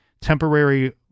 temporary